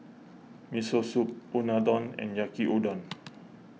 Miso Soup Unadon and Yaki Udon